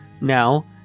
Now